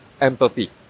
empathy